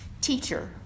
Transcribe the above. Teacher